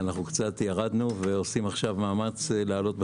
עושים מאמץ לעלות חזרה.